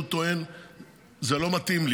הוא טוען שזה לא מתאים לו.